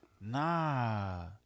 Nah